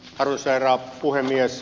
ruisherra puhemies